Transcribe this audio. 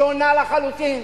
שונה לחלוטין.